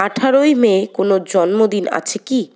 আঠারোই মে কোনও জন্মদিন আছে কি